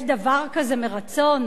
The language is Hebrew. יש דבר כזה, מרצון?